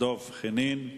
דב חנין.